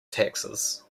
taxes